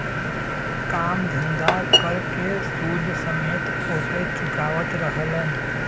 काम धंधा कर के सूद समेत ओके चुकावत रहलन